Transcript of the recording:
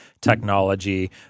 technology